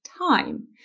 Time